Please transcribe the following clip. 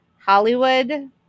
Hollywood